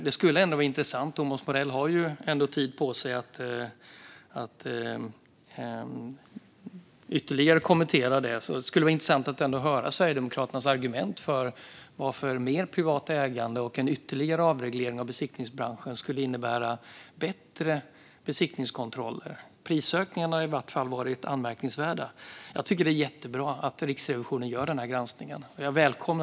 Det skulle vara intressant - Thomas Morell har ju ändå tid på sig att ytterligare kommentera detta - att höra Sverigedemokraternas argument för att mer privat ägande och ytterligare avreglering av besiktningsbranschen skulle innebära bättre besiktningskontroller. Prisökningarna har i varje fall varit anmärkningsvärda. Jag tycker att det är jättebra att Riksrevisionen gör den här granskningen, och jag välkomnar den.